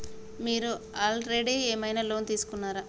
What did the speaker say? మీరు ఆల్రెడీ ఏమైనా లోన్ తీసుకున్నారా?